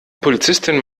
polizistin